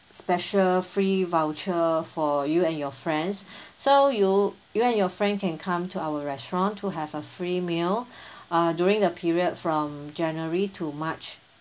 special free voucher for you and your friends so you you and your friends can come to our restaurant to have a free meal uh during the period from january to march